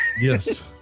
Yes